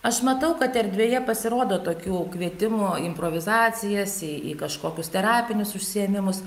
aš matau kad erdvėje pasirodo tokių kvietimų į improvizacijas į kažkokius terapinius užsiėmimus